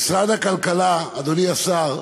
במשרד הכלכלה, אדוני השר,